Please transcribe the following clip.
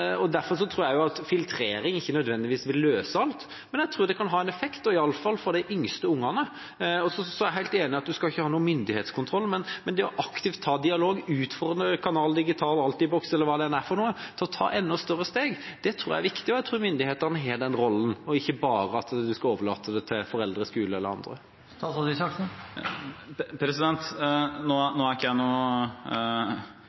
Og derfor tror jeg også at filtrering ikke nødvendigvis vil løse alt, men jeg tror det kan ha en effekt, i hvert fall for de yngste barna. Så er jeg helt enig i at man ikke skal ha noen myndighetskontroll, men det aktivt å ha dialog og utfordre Canal Digital, Altibox eller hva det enn er for noe, til å ta enda større steg, tror jeg er viktig, og jeg tror myndighetene skal ha den rollen og ikke bare overlate det til foreldre, skole eller andre. Nå er